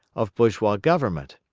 of bourgeois government.